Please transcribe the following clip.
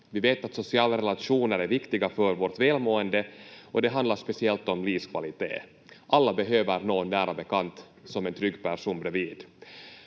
Vi vet att sociala relationer är viktiga för vårt välmående, och det handlar speciellt om livskvalitet. Alla behöver någon nära bekant som en trygg person bredvid.